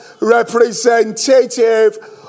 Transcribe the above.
representative